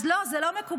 אז לא, זה לא מקובל.